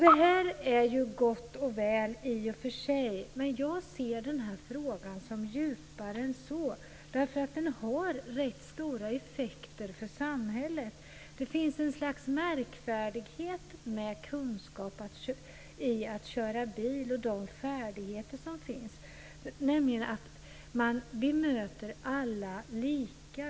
Detta är i och för sig gott och väl. Men jag ser den här frågan som djupare än så. Den har nämligen rätt stora effekter för samhället. Det finns en märkvärdighet då det gäller kunskaper och färdigheter i att köra bil, nämligen att man bemöter alla lika.